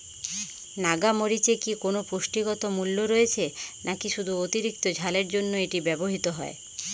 নাগা মরিচে কি কোনো পুষ্টিগত মূল্য রয়েছে নাকি শুধু অতিরিক্ত ঝালের জন্য এটি ব্যবহৃত হয়?